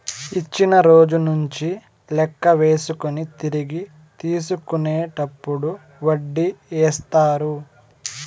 ఇచ్చిన రోజు నుంచి లెక్క వేసుకొని తిరిగి తీసుకునేటప్పుడు వడ్డీ ఏత్తారు